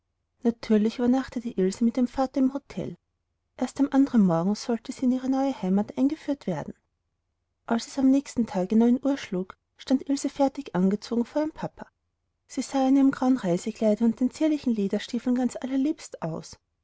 natürlich übernachtete ilse mit ihrem vater im hotel erst am andern morgen sollte sie in ihre neue heimat eingeführt werden als es am nächsten tage neun uhr schlug stand ilse fertig angezogen vor ihrem papa sie sah in ihrem grauen reisekleide und den zierlichen lederstiefeln ganz allerliebst aus